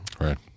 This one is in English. Right